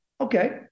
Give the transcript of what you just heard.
Okay